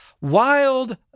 Wild